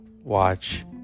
watch